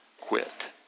quit